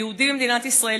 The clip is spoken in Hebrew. הציבור היהודי במדינת ישראל,